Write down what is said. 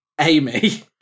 Amy